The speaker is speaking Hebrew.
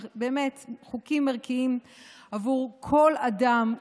חוקים ערכיים עבור כל אדם,